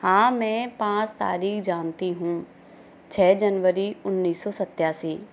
हाँ मैं पाँच तारीख जानती हूँ छः जनवरी उन्नीस सौ सत्तासी